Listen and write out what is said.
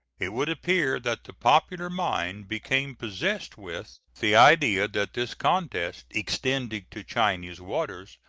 it would appear that the popular mind became possessed with the idea that this contest, extending to chinese waters,